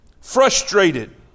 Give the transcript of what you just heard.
frustrated